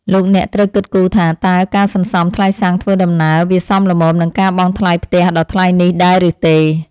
លោកអ្នកត្រូវគិតគូរថាតើការសន្សំថ្លៃសាំងធ្វើដំណើរវាសមល្មមនឹងការបង់ថ្លៃផ្ទះដ៏ថ្លៃនេះដែរឬទេ។